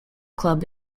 club